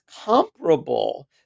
comparable